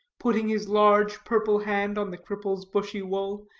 putting his large purple hand on the cripple's bushy wool,